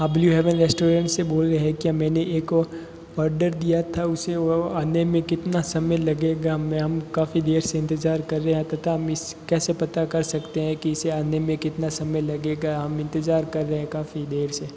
आप blue heaven restaurant से बोल रहे हैं क्या मैंने एक आर्डर दिया था उसे वह आने में कितना समय लगेगा मैम हम काफ़ी देर से इंतजार कर रहे हैं तथा मिस कैसे पता कर सकते हैं कि इसे आने में कितना समय लगेगा हम इंतजार कर रहे हैं काफ़ी देर से